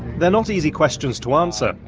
they are not easy questions to answer,